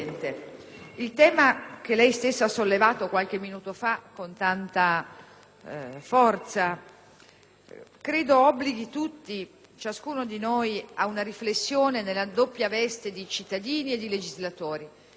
che obblighi ciascuno di noi ad una riflessione nella doppia veste di cittadini e di legislatori, ma forse ancor di più di genitori, di fratelli, di sorelle, di figli